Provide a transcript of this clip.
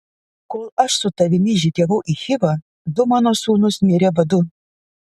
kol aš su tavimi žygiavau į chivą du mano sūnūs mirė badu